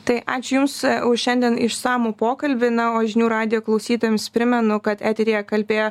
tai ačiū jums už šiandien išsamų pokalbį na o žinių radijo klausytojams primenu kad eteryje kalbėjo